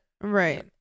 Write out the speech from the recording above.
Right